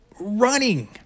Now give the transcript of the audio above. running